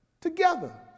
together